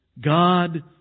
God